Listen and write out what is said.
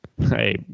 Hey